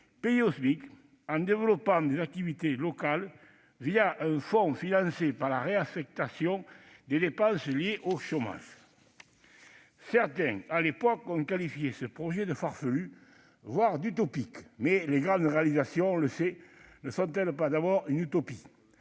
payés au SMIC par le développement d'activités locales un fonds financé par la réaffectation des dépenses liées au traitement du chômage. Certains, à l'époque, ont qualifié ce projet de farfelu, voire d'utopique. Mais les grandes réalisations ne sont-elles pas d'abord une utopie ?